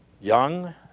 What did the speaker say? young